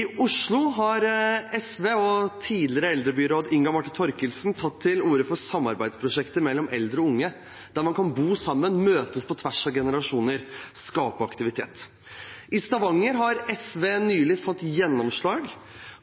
I Oslo har SV og tidligere eldrebyråd Inga Marte Thorkildsen tatt til orde for samarbeidsprosjekter mellom eldre og unge, der man kan bo sammen, møtes på tvers av generasjoner og skape aktivitet. I Stavanger har SV nylig fått gjennomslag